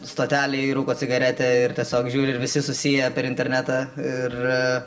stotelėj rūko cigaretę ir tiesiog žiūri visi susiję per internetą ir